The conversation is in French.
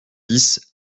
dix